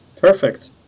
perfect